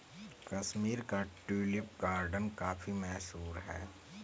कश्मीर का tulip garden काफी मशहूर है